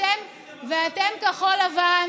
רציתם, אתם, כחול לבן,